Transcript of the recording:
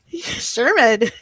Sherman